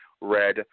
Red